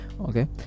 okay